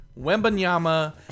Wembanyama